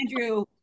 Andrew